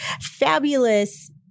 fabulous